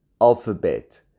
Alphabet